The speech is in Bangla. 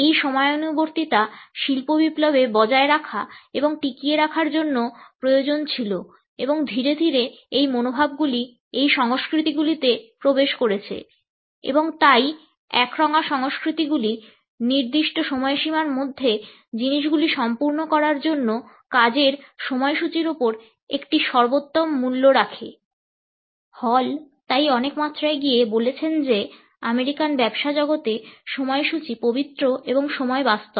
এই সময়ানুবর্তিতা শিল্প বিপ্লবে বজায় রাখা এবং টিকিয়ে রাখার জন্য প্রয়োজনীয় ছিল এবং ধীরে ধীরে এই মনোভাবগুলি এই সংস্কৃতিগুলিতে প্রবেশ করেছে এবং তাই একরঙা সংস্কৃতিগুলি নির্দিষ্ট সময়সীমার মধ্যে জিনিসগুলি সম্পূর্ণ করার জন্য কাজের সময়সূচীর উপর একটি সর্বোত্তম মূল্য রাখে এবং হল তাই অনেক মাত্রায় গিয়ে বলেছেন যে আমেরিকান ব্যবসা জগতে সময়সূচী পবিত্র এবং সময় বাস্তব